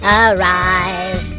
arrive